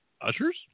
Ushers